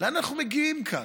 לאן אנחנו מגיעים כאן?